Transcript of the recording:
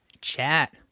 Chat